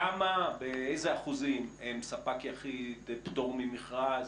כמה, ואילו אחוזים, ספק יחיד, פטור ממכרז